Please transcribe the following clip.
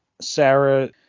Sarah